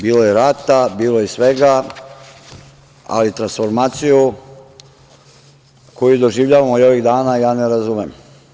Bilo je rata, bilo je svega, ali transformaciju koju doživljavamo i ovih dana ja ne razumem.